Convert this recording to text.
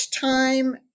time